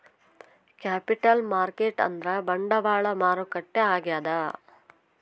capital market ಅಂದ್ರ ಬಂಡವಾಳ ಮಾರುಕಟ್ಟೆ ಆಗ್ಯಾದ